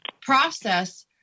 process